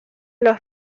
los